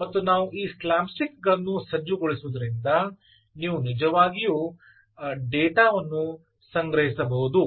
ಮತ್ತು ನಾವು ಈ ಸ್ಲ್ಯಾಮ್ ಸ್ಟಿಕ್ ಗಳನ್ನು ಸಜ್ಜುಗೊಳಿಸುವುದರಿಂದ ನೀವು ನಿಜವಾಗಿಯೂ ಡೇಟಾ ವನ್ನು ಸಂಗ್ರಹಿಸಬಹುದು